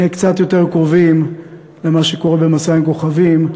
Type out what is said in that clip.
נהיה קצת יותר קרובים למה שקורה ב"מסע בין כוכבים"